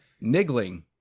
niggling